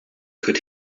could